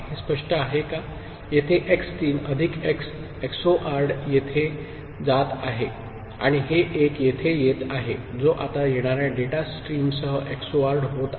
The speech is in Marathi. g x3 x 1 येथे x 3 अधिक x XORed येथे जात आहे आणि 1 येथे येत आहे जो आता येणाऱ्या डेटा स्ट्रीमसह XORed होत आहे